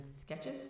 Sketches